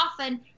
often